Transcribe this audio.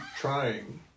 trying